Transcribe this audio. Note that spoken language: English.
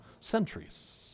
centuries